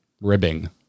ribbing